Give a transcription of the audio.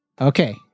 Okay